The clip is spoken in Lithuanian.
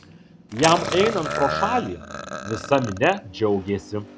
jam einant pro šalį visa minia džiaugėsi